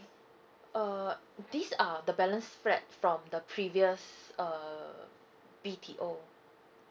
uh these are the balance flat from the previous err B_T_O